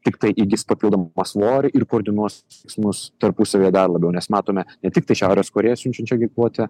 tiktai įgis papildomą svorį ir koordinuos veiksmus tarpusavyje dar labiau nes matome ne tiktai šiaurės korėją siunčiančią ginkluotę